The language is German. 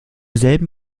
selben